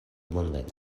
bonvena